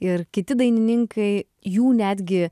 ir kiti dainininkai jų netgi